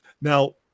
Now